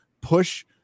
push